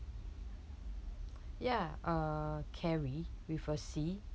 ya uh carrie with a C